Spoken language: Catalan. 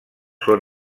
són